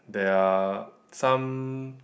there are some